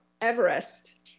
Everest